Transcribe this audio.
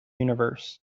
universe